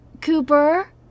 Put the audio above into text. Cooper